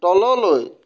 তললৈ